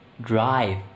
drive